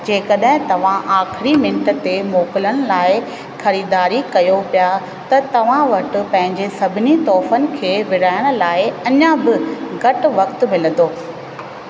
जेकड॒हिं तव्हां आख़िरी मिंट ते मोकलुनि लाइ ख़रीदारी कयो पिया त तव्हां वटि पंहिंजे सभिनी तौफ़नि खे विरिहाइण लाइ अञा बि घटि वक़्ति मिलंदो